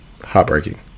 Heartbreaking